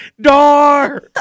door